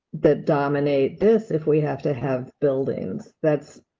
that dominate this if we have to have buildings, that's.